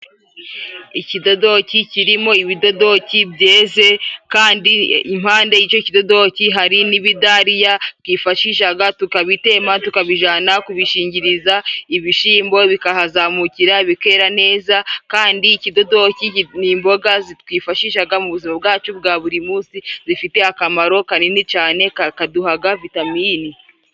Ikidodoki kirimo ibidodoki byeze kandi impande y'icyo kidoki hari n'ibidariya twifashishaga tukabitema tukabijana kubishingiriza ibishyimbo bikahazamukira bikera neza kandi ikidodoki ni imboga zo twifashishaga mu buzima bwacu bwa buri munsi. Zifite akamaro kanini cyane kakaduhaga vitamini.